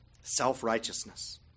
self-righteousness